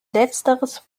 letzteres